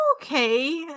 okay